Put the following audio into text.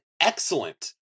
excellent